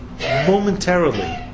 momentarily